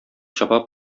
чаба